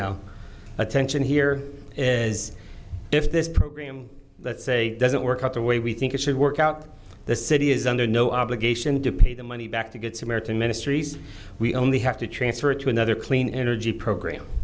now attention here is if this program let's say doesn't work out the way we think it should work out the city is under no obligation to pay the money back to good samaritan ministries we only have to transfer it to another clean energy program